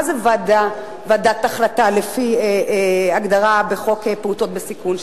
מה זה "ועדת החלטה" לפי הגדרה בחוק פעוטות בסיכון,